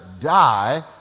die